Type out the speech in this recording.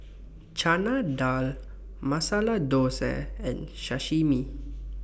Chana Dal Masala Dosa and Sashimi